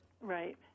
Right